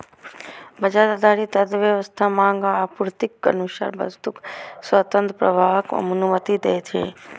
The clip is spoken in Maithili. बाजार आधारित अर्थव्यवस्था मांग आ आपूर्तिक अनुसार वस्तुक स्वतंत्र प्रवाहक अनुमति दै छै